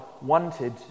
wanted